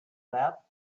that